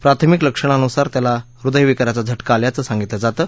प्राथमिक लक्षणानुसार त्याला हृदयविकाराचा झटका आल्याचं सांगितलं जातं